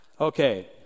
Okay